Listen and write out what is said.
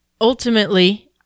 Ultimately